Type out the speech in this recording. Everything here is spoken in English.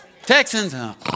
Texans